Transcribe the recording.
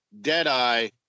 Deadeye